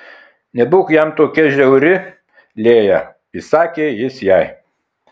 nebūk jam tokia žiauri lėja įsakė jis jai